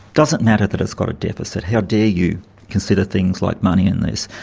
doesn't matter that it's got a deficit, how dare you consider things like money in this.